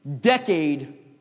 decade